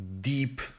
deep